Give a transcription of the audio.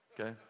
okay